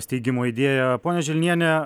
steigimo idėją ponia želniene